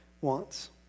wants